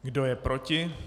Kdo je proti?